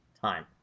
time